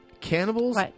cannibals